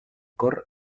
cor